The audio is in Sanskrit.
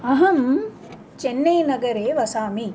अहं चेन्नैनगरे वसामि